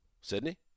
Sydney